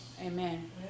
Amen